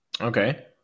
Okay